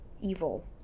evil